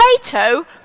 Plato